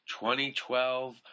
2012